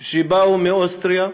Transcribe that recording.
שבאו מאוסטריה,